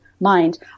mind